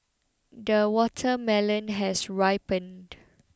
the watermelon has ripened